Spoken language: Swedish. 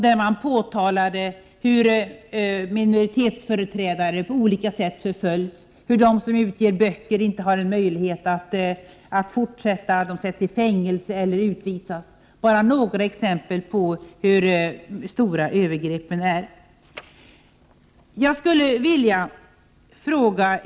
Där påtalas hur minoritetsföreträdare på olika sätt förföljs, hur de som utger böcker inte får möjlighet att fortsätta utan sätts i fängelse eller utvisas. Det är bara några exempel på de stora övergrepp som förekommer.